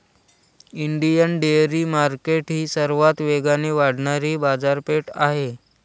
Indian dairy market ही सर्वात वेगाने वाढणारी बाजारपेठ आहे